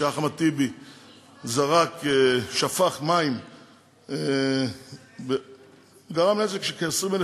שאחמד טיבי שפך מים וגרם נזק של כ-20,000